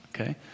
okay